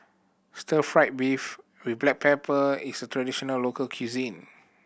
stir fried beef with black pepper is a traditional local cuisine